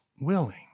willing